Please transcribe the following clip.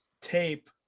tape